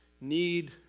need